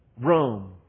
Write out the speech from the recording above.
Rome